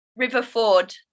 Riverford